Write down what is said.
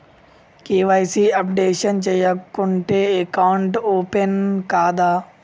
KYC updation చేయకుంటే account open కాదా?